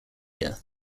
year